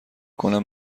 کنم